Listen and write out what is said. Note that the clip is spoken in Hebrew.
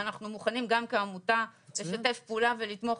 ואנחנו מוכנים גם כעמותה לשתף פעולה ולתמוך